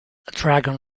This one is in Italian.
dragon